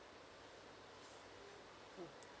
mm